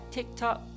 TikTok